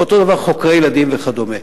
ואותו הדבר חוקרי ילדים וכדומה.